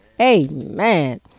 Amen